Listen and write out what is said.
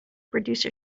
produce